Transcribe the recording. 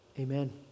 amen